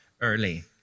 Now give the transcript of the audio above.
early